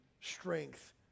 strength